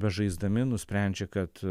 bežaisdami nusprendžia kad